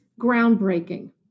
groundbreaking